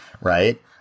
right